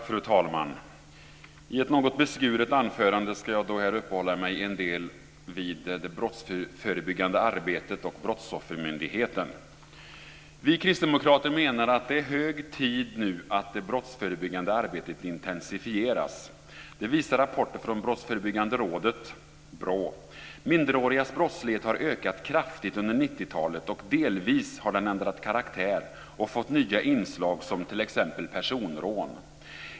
Fru talman! I ett något beskuret anförande ska jag uppehålla mig vid det brottsförebyggande arbetet och Vi kristdemokrater menar att det nu är hög tid att det brottsförebyggande arbetet intensifieras. Det visar rapporter från Brottsförebyggande rådet, BRÅ. Minderårigas brottslighet har ökat kraftigt under 90-talet. Den har delvis ändrat karaktär och fått nya inslag som personrån.